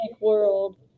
world